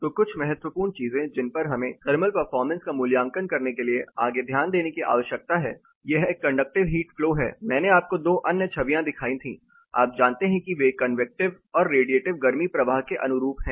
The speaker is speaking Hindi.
तो कुछ महत्वपूर्ण चीजें जिनपर हमें थर्मल परफॉर्मेंस का मूल्यांकन करने के लिए आगे ध्यान देने की आवश्यकता है यह कंडक्टिव हीट फ्लो है मैंने आपको 2 अन्य छवियां दिखाईं थी आप जानते हैं कि वे कन्वेकटिव और रेडिएटिव गर्मी प्रवाह के अनुरूप है